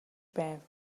байв